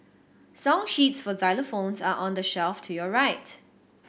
song sheets for xylophones are on the shelf to your right